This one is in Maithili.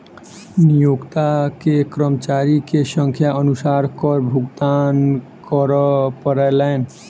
नियोक्ता के कर्मचारी के संख्या अनुसार कर भुगतान करअ पड़लैन